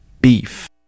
beef